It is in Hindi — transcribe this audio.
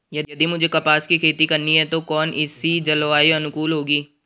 यदि मुझे कपास की खेती करनी है तो कौन इसी जलवायु अनुकूल होगी?